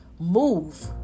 Move